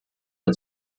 der